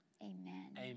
Amen